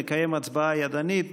נקיים הצבעה ידנית,